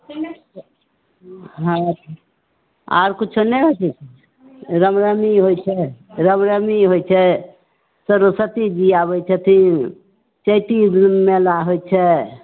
हॅं आर किछो नहि होइ छै रामनवमी होइ छै रामनवमी होइ छै सरस्वतीजी आबै छथिन चैती मेला होइ छै